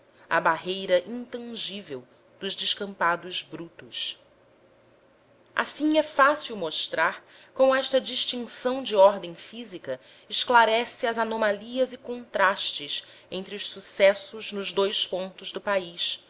a barreira intangível dos descampados brutos assim é fácil mostrar como esta distinção de ordem física esclarece as anomalias e contrastes entre os sucessos nos dous pontos do país